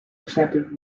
resented